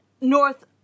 north